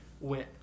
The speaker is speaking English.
went